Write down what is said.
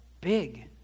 big